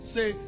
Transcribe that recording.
Say